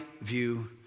view